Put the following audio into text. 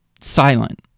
silent